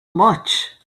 much